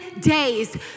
days